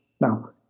Now